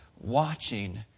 watching